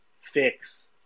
fix